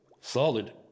Solid